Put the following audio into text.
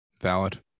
Valid